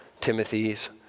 Timothy's